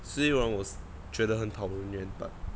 虽然我觉得很讨人厌 but